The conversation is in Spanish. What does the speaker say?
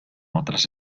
otras